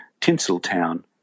Tinseltown